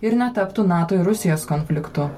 ir netaptų nato ir rusijos konfliktų